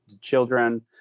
children